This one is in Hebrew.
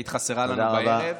היית חסרה לנו בערב.